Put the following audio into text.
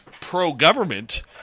pro-government